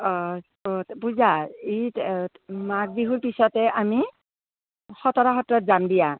অ পূজা এই মাঘ বিহুৰ পিছতে আমি খতৰা সত্ৰত যাম দিয়া